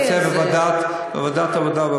אני רוצה בוועדת העבודה,